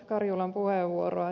karjulan puheenvuoroa